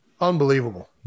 Unbelievable